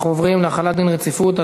אנחנו עוברים להחלת דין רציפות על